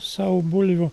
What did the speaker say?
sau bulvių